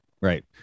right